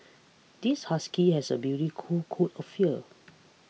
this husky has a coat coat of fear